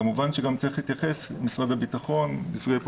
כמובן שגם משרד הביטחון צריך להתייחס,